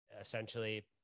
essentially